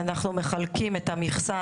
אנחנו מחלקים את המכסה.